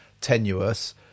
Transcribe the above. tenuous